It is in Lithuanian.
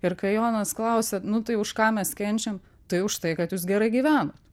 ir kai jonas klausia nu tai už ką mes kenčiam tai už tai kad jūs gerai gyvenot